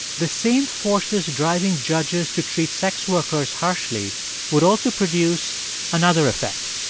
the same forces driving judges to treat sex workers harshly would also produce another effect.